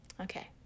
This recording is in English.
Okay